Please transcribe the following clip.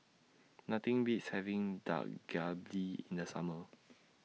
Nothing Beats having Dak Galbi in The Summer